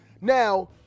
now